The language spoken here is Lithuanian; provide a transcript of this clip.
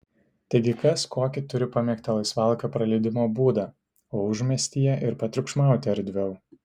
taigi kas kokį turi pamėgtą laisvalaikio praleidimo būdą o užmiestyje ir patriukšmauti erdviau